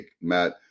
Matt